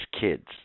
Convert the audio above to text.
kids